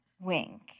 wink